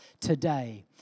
today